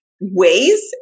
ways